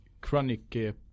chronic